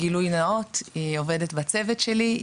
גילוי נאות נועם עובדת בצוות שלי,